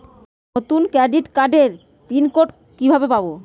নতুন ক্রেডিট কার্ডের pin code কিভাবে পাব?